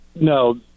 No